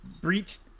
breached